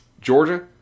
Georgia